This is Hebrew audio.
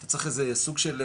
אתה צריך איזה סוג של,